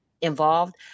involved